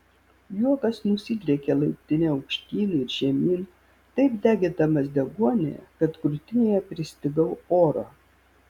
juokas nusidriekė laiptine aukštyn ir žemyn taip degindamas deguonį kad krūtinėje pristigau oro